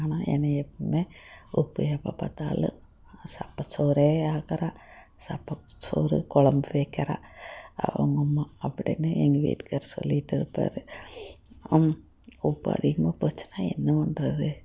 ஆனால் என்னை எப்பவுமே உப்பு எப்போ பார்த்தாலும் சப்பை சோறே ஆக்கிறா சப்பை சோறு கொழம்பு வைக்கிறா உங்கம்மா அப்படின்னு எங்கள் வீட்டுக்காரர் சொல்லிகிட்ருப்பாரு அப் உப்பு அதிகமாக போச்சுன்னால் என்ன பண்ணுறது